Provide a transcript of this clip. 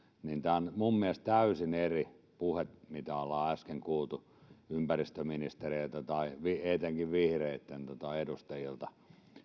niin tämä on minun mielestäni täysin eri puhetta kuin mitä ollaan äsken kuultu ympäristöministeriltä tai etenkin vihreitten edustajilta